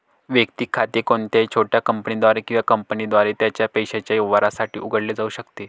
वैयक्तिक खाते कोणत्याही छोट्या कंपनीद्वारे किंवा कंपनीद्वारे त्याच्या पैशाच्या व्यवहारांसाठी उघडले जाऊ शकते